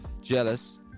jealous